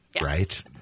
right